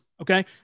okay